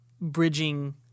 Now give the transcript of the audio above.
bridging